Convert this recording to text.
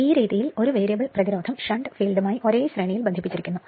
ഈ രീതിയിൽ ഒരു വേരിയബിൾ പ്രതിരോധം ഷണ്ട് ഫീൽഡുമായി ഒരേ ശ്രേണിയിൽ ബന്ധിപ്പിച്ചിരിക്കുന്നു